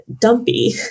dumpy